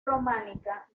románica